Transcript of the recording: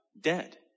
dead